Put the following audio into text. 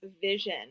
vision